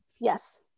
Yes